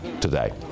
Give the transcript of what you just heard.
today